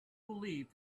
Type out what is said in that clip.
believed